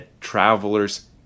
traveler's